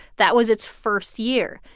that was its first year.